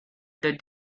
did